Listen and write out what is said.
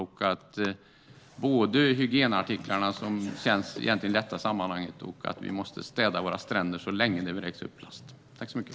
Det handlar både om mikroplast i hygienartiklar och om att vi måste städa våra stränder så länge det vräks ut plast.